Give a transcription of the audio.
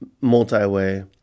multi-way